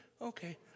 Okay